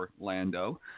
Orlando